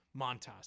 Montas